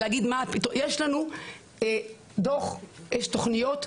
יש לנו דוח, יש תוכניות.